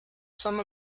some